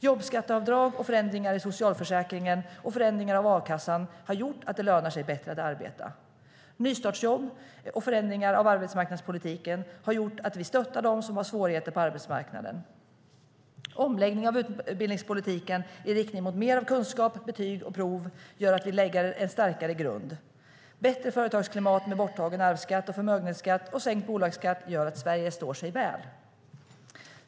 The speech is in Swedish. Jobbskatteavdrag, förändringar i socialförsäkringen och förändringar av a-kassan har gjort att det lönar sig bättre att arbeta. Nystartsjobb och förändringar av arbetsmarknadspolitiken har gjort att vi stöttar dem som har svårigheter på arbetsmarknaden. Omläggning av utbildningspolitiken i riktning mot mer av kunskap, betyg och prov gör att vi lägger en starkare grund. Bättre företagsklimat med borttagen arvsskatt och förmögenhetsskatt och sänkt bolagsskatt gör att Sverige står sig väl.